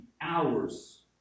hours